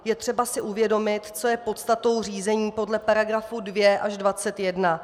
Je třeba si uvědomit, co je podstatou řízení podle § 2 až 21.